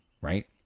right